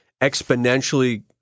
exponentially